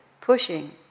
pushing